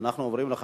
רוצים לברך אתכם,